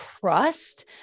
trust